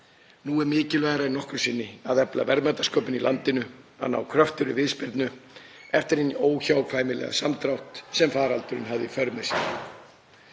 Nú er mikilvægara en nokkru sinni að efla verðmætasköpun í landinu, að ná kröftugri viðspyrnu eftir hinn óhjákvæmilega samdrátt sem faraldurinn hafði í för